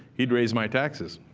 he'd raise my taxes.